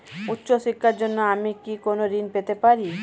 উচ্চশিক্ষার জন্য আমি কি কোনো ঋণ পেতে পারি?